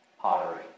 pottery